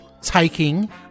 taking